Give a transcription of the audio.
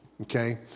Okay